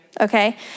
okay